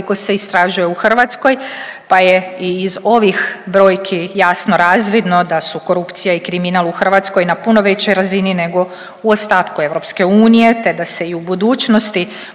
se istražuje u Hrvatskoj pa je i iz ovih brojki jasno razvidno da su korupcija i kriminal u Hrvatskoj na puno većoj razini nego u ostatku EU te da se i u budućnosti